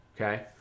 okay